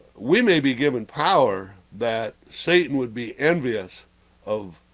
we may be given power that satan, would be envious of?